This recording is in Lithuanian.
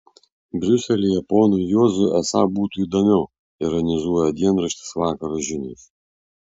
briuselyje ponui juozui esą būtų įdomiau ironizuoja dienraštis vakaro žinios